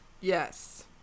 Yes